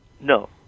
No